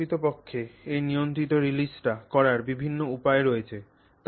বং প্রকৃতপক্ষে এই নিয়ন্ত্রিত রিলিজটি করার বিভিন্ন উপায় রয়েছে